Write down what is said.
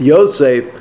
Yosef